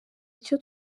icyo